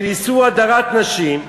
שניסו, על הדרת נשים,